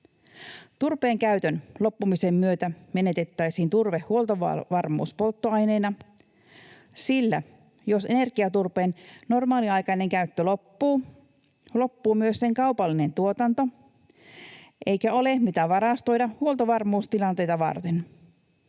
Turpeen käytön loppumisen myötä menetettäisiin turve huoltovarmuuspolttoaineena, sillä jos energiaturpeen normaaliaikainen käyttö loppuu, loppuu myös sen kaupallinen tuotanto, eikä ole mitä varastoida huoltovarmuustilanteita varten.